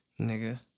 Nigga